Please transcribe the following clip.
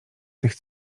tych